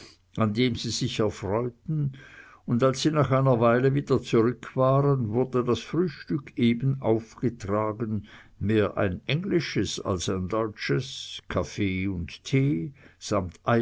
an dem sie sich erfreuten und als sie nach einer weile wieder zurück waren wurde das frühstück eben aufgetragen mehr ein englisches als ein deutsches kaffee und tee samt